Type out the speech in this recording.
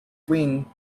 wing